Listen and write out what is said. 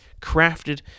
crafted